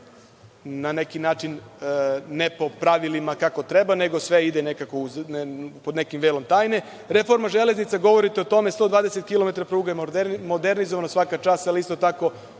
na neki način ne po pravilima kako treba, nego sve ide nekako pod nekim velom tajne. Reforma železnice, govorite i o tome. Dakle, 120 kilometara pruge je modernizovano? Svaka čast, ali isto tako